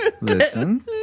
listen